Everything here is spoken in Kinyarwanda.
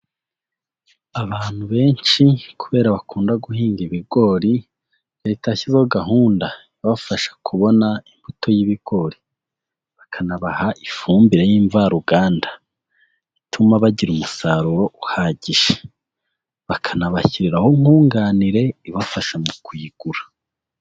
Abantu benshi kubera bakunda guhinga ibigori, Leta yashyizeho gahunda ibafasha kubona imbuto y'ibigori, bakanabaha ifumbire y'imvaruganda, ituma bagira umusaruro uhagije, bakanabashyiriraho nkunganire ibafasha mu kuyigura.